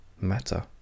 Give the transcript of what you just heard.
matter